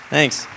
Thanks